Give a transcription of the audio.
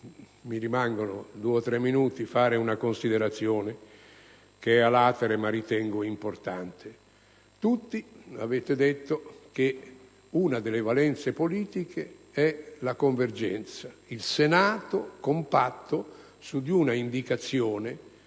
Mi rimangono pochi minuti per fare una considerazione che è *a latere*, ma che ritengo ugualmente importante. Tutti avete detto che una delle valenze politiche è la convergenza - il Senato compatto - su una indicazione